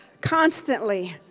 constantly